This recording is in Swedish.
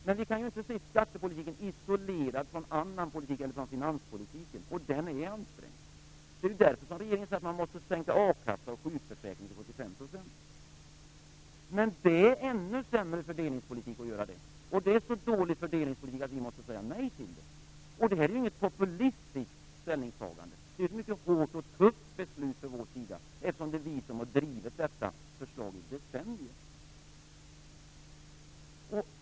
Men vi kan inte se skattepolitiken isolerad från annan politik eller från finanspolitiken, och den är ansträngd. Det är därför som regeringen säger att man måste sänka ersättningen i a-kassan och sjukförsäkringen till 75 %. Det är ännu sämre fördelningspolitik att göra detta. Det är så dålig fördelningspolitik att vi måste säga nej till det. Det är inte något populistiskt ställningstagande. Det är ett mycket hårt och tufft beslut från vår sida, eftersom det är vi som har drivit förslaget i decennier.